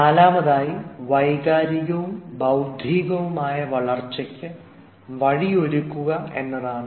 നാലാമതായി വൈകാരികവും ബൌദ്ധികവുമായ വളർച്ചയ്ക്ക് വഴിയൊരുക്കുക എന്നതാണ്